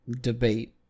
debate